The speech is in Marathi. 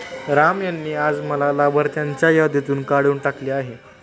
राम यांनी आज मला लाभार्थ्यांच्या यादीतून काढून टाकले आहे